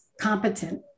competent